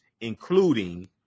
including